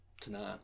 tonight